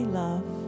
love